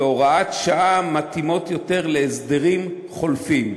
והוראות שעה מתאימות יותר להסדרים חולפים.